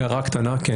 הערה קטנה נוספת.